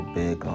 big